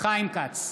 חיים כץ,